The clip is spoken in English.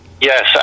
Yes